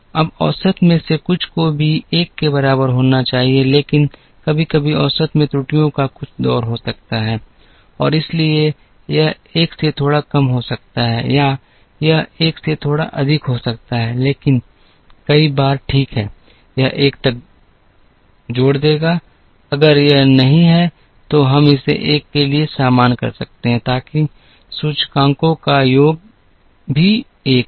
अब औसत में से कुछ को भी 1 के बराबर होना चाहिए लेकिन कभी कभी औसत में त्रुटियों का कुछ दौर हो सकता है और इसलिए यह एक से थोड़ा कम हो सकता है या यह 1 से थोड़ा अधिक हो सकता है लेकिन कई बार ठीक है यह 1 तक जोड़ देगा अगर यह नहीं है कि हम इसे 1 के लिए सामान्य कर सकते हैं ताकि सूचकांकों का योग भी 1 हो